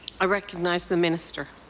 i recognize the minister.